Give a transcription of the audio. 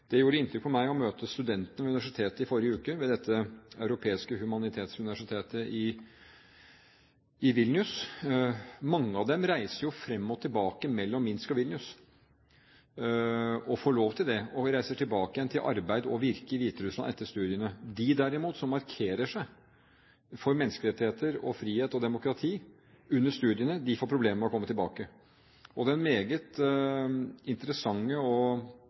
Det gjorde inntrykk på meg å møte studentene på universitetet i forrige uke – ved dette europeiske humanistuniversitetet i Vilnius. Mange av dem reiser fram og tilbake mellom Minsk og Vilnius – og får lov til det – og reiser tilbake igjen til arbeid og virke i Hviterussland etter studiene. De som derimot markerer seg for menneskerettigheter og frihet og demokrati under studiene, får problemer med å komme tilbake. Den meget interessante,